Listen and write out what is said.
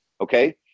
okay